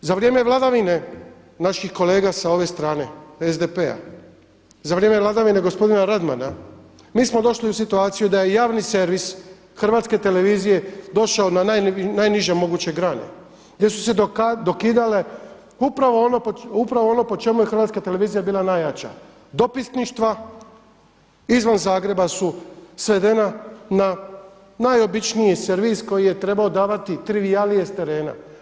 Za vrijeme vladavine naših kolega s ove strane SDP-a, za vrijeme vladavine gospodina Radmana mi smo došli u situaciju da je javni servis Hrvatske televizije došao na najniže moguće grane gdje su se dokidale upravo ono po čemu je Hrvatska televizija bila najjača, dopisništva izvan Zagreba su svedena na najobičniji servis koji je trebao davati trivijalije s terena.